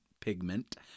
pigment